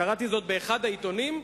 קראתי זאת באחד העיתונים,